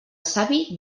savi